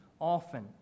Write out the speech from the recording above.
Often